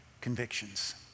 convictions